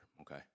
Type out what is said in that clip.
okay